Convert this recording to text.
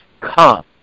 come